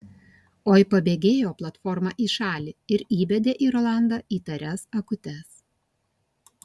oi pabėgėjo platforma į šalį ir įbedė į rolandą įtarias akutes